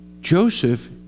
Joseph